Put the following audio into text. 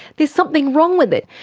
there's something wrong with it.